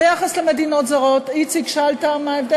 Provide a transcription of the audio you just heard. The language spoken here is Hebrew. ביחס למדינות זרות, איציק, שאלת מה ההבדל?